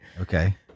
Okay